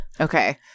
Okay